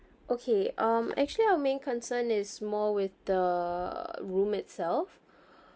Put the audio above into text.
okay um actually our main concern is more with the room itself